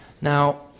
Now